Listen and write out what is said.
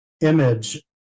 image